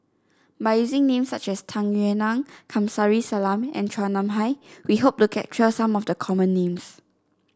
by using names such as Tung Yue Nang Kamsari Salam and Chua Nam Hai we hope to capture some of the common names